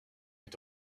est